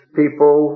people